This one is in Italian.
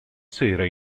sera